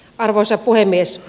arvoisa puhemies